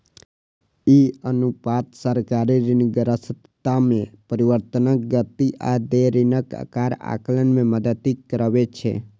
ई अनुपात सरकारी ऋणग्रस्तता मे परिवर्तनक गति आ देय ऋणक आकार आकलन मे मदति करै छै